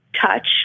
touch